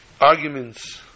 arguments